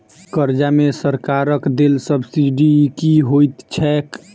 कर्जा मे सरकारक देल सब्सिडी की होइत छैक?